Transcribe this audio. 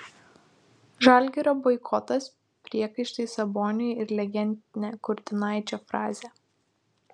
žalgirio boikotas priekaištai saboniui ir legendinė kurtinaičio frazė